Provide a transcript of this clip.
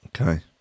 okay